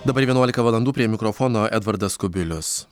dabar vienuolika valandų prie mikrofono edvardas kubilius